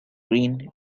green